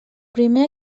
primer